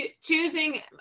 choosing